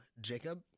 Jacob